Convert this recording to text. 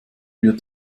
wird